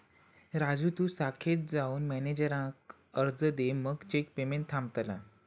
राजू तु शाखेत जाऊन मॅनेजराक अर्ज दे मगे चेक पेमेंट थांबतला